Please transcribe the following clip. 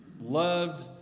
loved